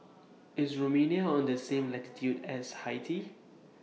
IS Romania on The same latitude as Haiti